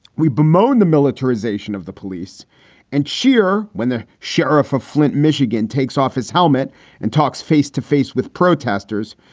we bemoan the militarization of the police and cheer when the sheriff of flint, michigan, takes off his helmet and talks face to face with protesters.